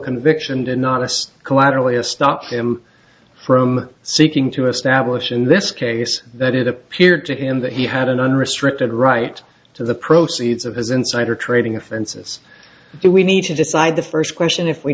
conviction did not assist collaterally a stop him from seeking to establish in this case that it appeared to him that he had an unrestricted right to the proceeds of his insider trading offenses and we need to decide the first question if we